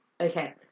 Okay